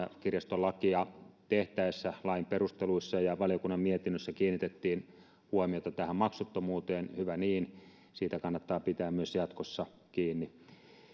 kirjastolakia tehtäessä lain perusteluissa ja ja valiokunnan mietinnössä kiinnitettiin huomiota tähän maksuttomuuteen hyvä niin siitä kannattaa pitää myös jatkossa kiinni